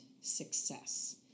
success